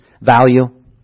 value